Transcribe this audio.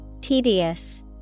tedious